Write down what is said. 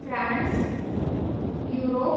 France Europe